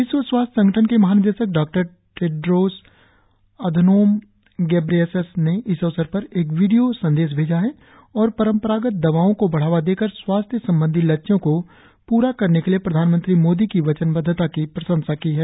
विश्व स्वास्थ्य संगठन के महानिदेशक डॉक्टर टेड्रोस अधनोम गेब्रेयेसस ने इस अवसर पर एक वीडियो संदेश भेजा है और परंपरागत दवाओं को बढावा देकर स्वास्थ्य संबंधी लक्ष्यों को प्रा करने के लिए प्रधानमंत्री मोदी की वचनबद्वता की प्रशंसा की है